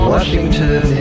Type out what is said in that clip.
Washington